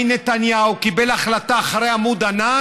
המשטרה ואת עמדתי ונקבע,